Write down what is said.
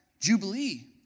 Jubilee